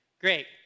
great